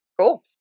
cool